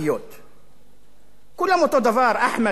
כולם אותו דבר, אחמד, מוחמד, מחמוד, ערבים.